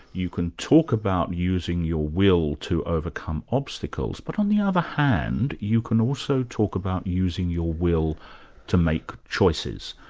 you can talk about using your will to overcome obstacles, but on the other hand, you can also talk about using your will to make choices,